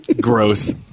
Gross